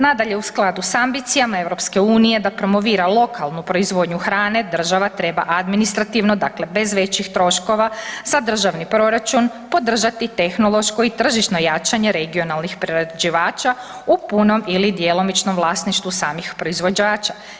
Nadalje, u skladu s ambicijama EU da promovira lokalnu proizvodnju hrane, država treba administrativno dakle bez većih troškova za državni proračun podržati tehnološko i tržišno jačanje regionalnih prerađivača u punom ili djelomičnom vlasništvu samih proizvođača.